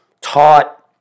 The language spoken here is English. taught